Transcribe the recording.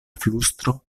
flustro